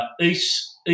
East